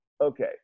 Okay